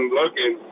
looking